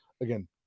Again